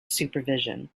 supervision